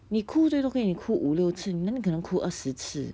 你哭最多可以哭五六次哪里可能哭二十次